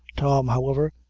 tom, however,